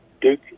Duke